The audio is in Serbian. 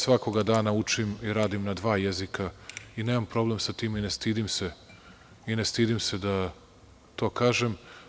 Svakoga dana ja učim i radim na dva jezika i nemam problem sa tim i ne stidim se da to kažem.